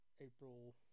April